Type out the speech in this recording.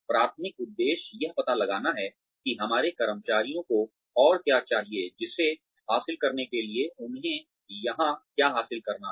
प्राथमिक उद्देश्य यह पता लगाना है कि हमारे कर्मचारियों को और क्या चाहिए जिसे हासिल करने के लिए उन्हें यहाँ क्या हासिल करना है